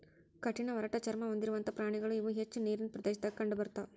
ಕಠಿಣ ಒರಟ ಚರ್ಮಾ ಹೊಂದಿರುವಂತಾ ಪ್ರಾಣಿಗಳು ಇವ ಹೆಚ್ಚ ನೇರಿನ ಪ್ರದೇಶದಾಗ ಕಂಡಬರತಾವ